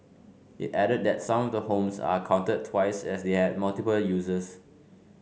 it added that some of the homes are counted twice as they have multiple uses